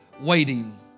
waiting